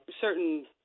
certain